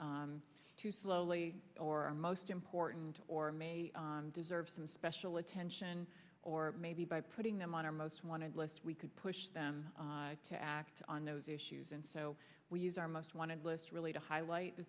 too slowly or most important or deserves some special attention or maybe by putting them on our most wanted list we could push them to act on those issues and so we use our most wanted list really to highlight the